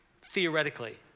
Theoretically